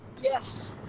Yes